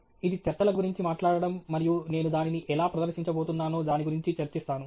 కాబట్టి ఇది చర్చల గురించి మాట్లాడటం మరియు నేను దానిని ఎలా ప్రదర్శించబోతున్నానో దాని గురించి చర్చిస్తాను